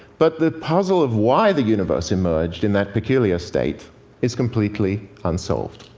but the puzzle of why the universe emerged in that peculiar state is completely unsolved.